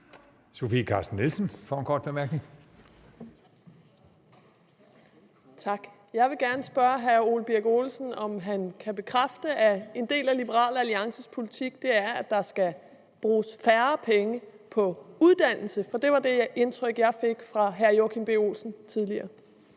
Sofie Carsten Nielsen (RV): Tak. Jeg vil gerne spørge hr. Ole Birk Olesen, om han kan bekræfte, at en del af Liberal Alliances politik er, at der skal bruges færre penge på uddannelse. Det var det indtryk, jeg fik fra hr. Joachim B. Olsens side tidligere.